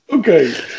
Okay